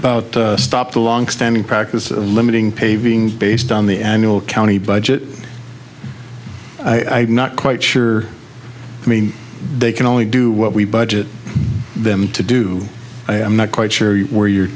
about stop the longstanding practice of limiting paving based on the annual county budget i've not quite sure i mean they can only do what we budget them to do i am not quite sure where you're